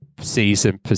season